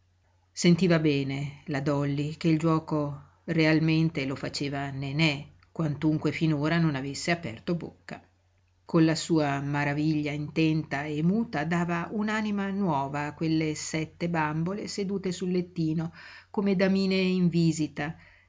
sentiva bene la dolly che il giuoco realmente lo faceva nenè quantunque finora non avesse aperto bocca con la sua maraviglia intenta e muta dava un'anima nuova a quelle sette bambole sedute sul lettino come damine in visita